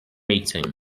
meeting